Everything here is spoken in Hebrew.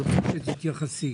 אני רוצה שתתייחסי.